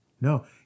No